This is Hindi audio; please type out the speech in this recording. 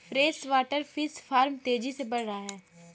फ्रेशवाटर फिश फार्म तेजी से बढ़ रहा है